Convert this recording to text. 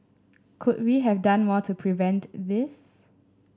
could we have done more to prevent this